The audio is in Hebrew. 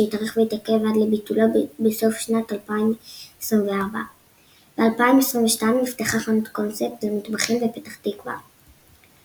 שהתארך והתעכב עד לביטולו בסוף שנת 2024. ב-2022 נפתחה חנות קונספט למטבחים בפתח תקווה.